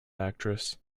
actress